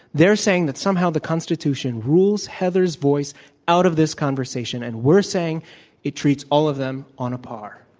they're saying that somehow the constitution rules heather's voice out of this conversation, and we're saying it treats all of them on a par.